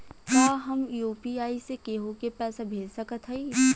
का हम यू.पी.आई से केहू के पैसा भेज सकत हई?